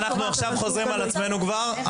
אנחנו עכשיו חוזרים על עצמנו כבר.